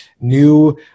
new